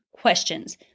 Questions